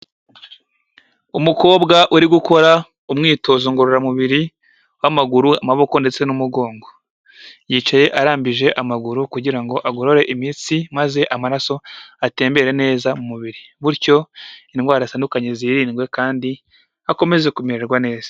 Umukobwa uri gukora umwitozo ngororamubiri w'amaguru, amaboko ndetse n'umugongo. Yicaye arambije amaguru kugira ngo agorore imitsi maze amaraso atembere neza mu mubiri. Bityo indwara zitandukanye zirindwe kandi akomeze kumererwa neza.